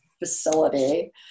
facility